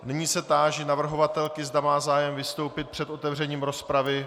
Nyní se táži navrhovatelky, zda má zájem vystoupit před otevřením rozpravy.